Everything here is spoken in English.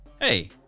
Hey